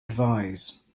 advise